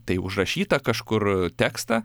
tai užrašytą kažkur tekstą